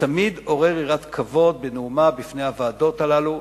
ותמיד עורר יראת כבוד בנאומיו בפני הוועדות הללו,